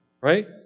right